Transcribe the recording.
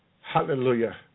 hallelujah